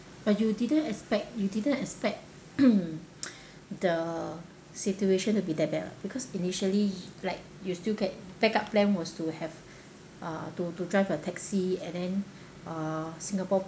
but you didn't expect you didn't expect the situation will be that bad ah because initially like you still get backup plan was to have uh to to drive a taxi and then uh singapore